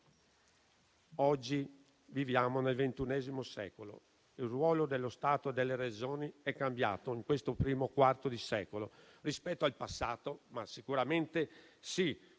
Oggi viviamo nel XXI secolo e il ruolo dello Stato e delle Regioni è cambiato in questo primo quarto di secolo rispetto al passato. Com'è cambiato?